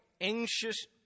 anxious